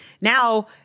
now